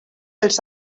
els